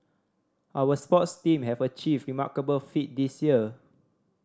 our sports team have achieved remarkable feat this year